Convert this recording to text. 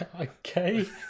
Okay